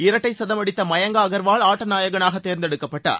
இரட்டை சதம் அடித்த மயங்கா அகர்வால் ஆட்ட நாயகனாக தேர்ந்தெடுக்கப்பட்டார்